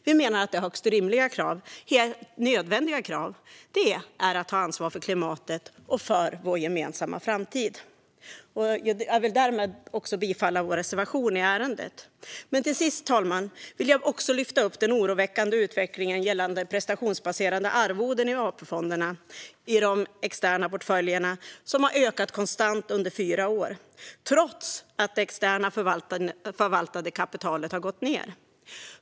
Vi menar att det är högst rimliga och helt nödvändiga krav. Det är att ta ansvar för klimatet och för vår gemensamma framtid. Jag vill därmed yrka bifall till vår reservation i ärendet. Fru talman! Till sist vill jag lyfta upp den oroväckande utvecklingen gällande prestationsbaserade arvoden i de externa portföljerna i AP-fonderna. De har ökat konstant under fyra år, trots att det externt förvaltade kapitalet har gått ned.